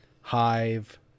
hive